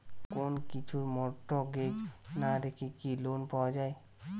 কোন কিছু মর্টগেজ না রেখে কি লোন পাওয়া য়ায়?